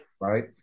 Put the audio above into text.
Right